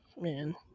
man